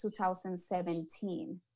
2017